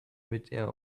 midair